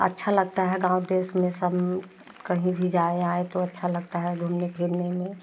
अच्छा लगता है गाँव देश में सम कहीं भी जाएँ आएँ तो अच्छा लगता है घूमने फिरने में